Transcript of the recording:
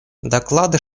доклады